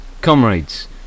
Comrades